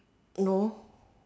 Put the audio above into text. no